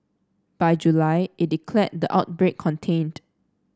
by July it declared the outbreak contained